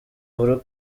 uhuru